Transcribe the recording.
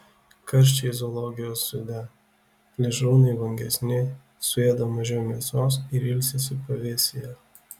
karščiai zoologijos sode plėšrūnai vangesni suėda mažiau mėsos ir ilsisi pavėsyje